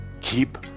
Keep –